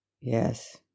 Yes